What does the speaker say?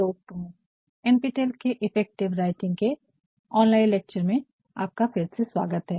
दोस्तों NPTEL के effective writing के ऑनलाइन लेक्चर में आपका फिर से स्वागत है